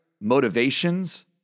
motivations